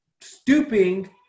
stooping